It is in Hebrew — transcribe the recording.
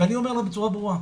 ואני אומר פה בצורה ברורה,